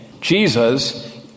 Jesus